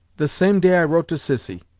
the same day i wrote to cissy.